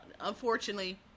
unfortunately